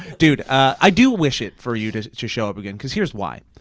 dude, i do wish it for you to to show up again, cause here's why.